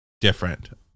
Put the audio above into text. different